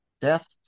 death